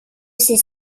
ses